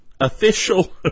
official